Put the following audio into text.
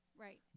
Right